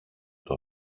του